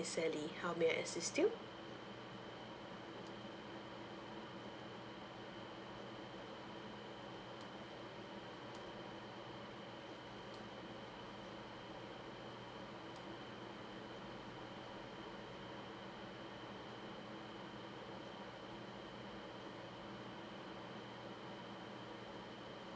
sally how may I assist you